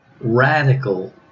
radical